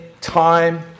time